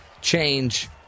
change